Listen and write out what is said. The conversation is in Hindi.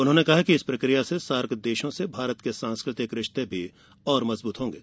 उन्होंने कहा कि इस प्रक्रिया से सार्क देशों से भारत के सांस्कृतिक रिश्ते भी और मजबूत होंगे